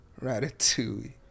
Ratatouille